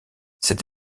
cette